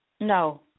No